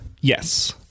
Yes